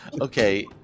Okay